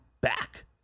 back